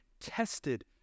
tested